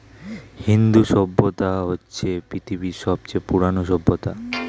হিন্দু সভ্যতা হচ্ছে পৃথিবীর সবচেয়ে পুরোনো সভ্যতা